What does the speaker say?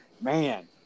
Man